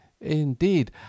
indeed